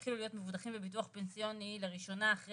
התחילו להיות מבוטחים בביטוח פנסיוני לראשונה אחרי